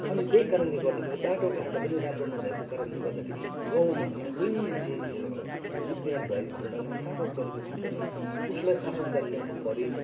अनि त्यही कारणले गर्दाखेरि बाटोघाटो पनि राम्रो नभएको कारणले गर्दाखेरि गाउँघरमा कोही मान्छे यो दुःखबिमार भएको खन्डमा साह्रो परेको खन्डमा उसलाई अस्पताल ल्याउन परे